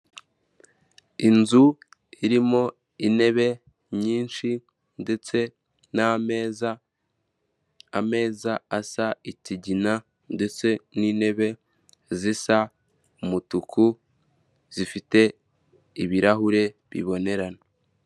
Inzu irimo intebe nyinshi ndetse n'ameza, ameza asa ikigina ndetse n'intebe zisa umutuku zifite ibirahure bibonerana.